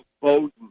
Bowden